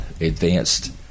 advanced